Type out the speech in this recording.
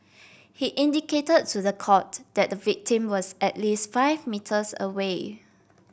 he indicated to the court that the victim was at least five metres away